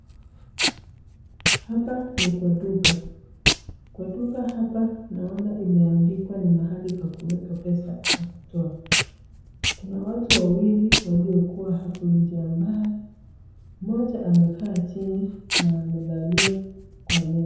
Hapa ni kwa duka. Kwa duka hapa naona imeandikwa ni mahali pa kuweka pesa au kutoa. Kuna watu wawili waliokuwa hapo nje ambaye mmoja amekaa chini na amelalia kwa meza